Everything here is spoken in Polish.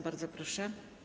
Bardzo proszę.